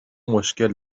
مشکل